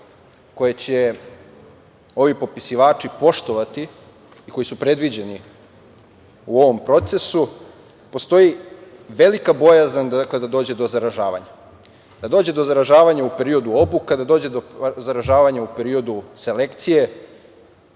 koje će ovi popisivači poštovati i koji su predviđeni u ovom procesu, postoji velika bojazan da dođe do zaražavanja, da dođe do zaražavanja u periodu obuka, da dođe do zaražavanja u periodu selekcije,